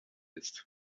ist